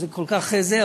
שזה כל כך זה,